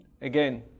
Again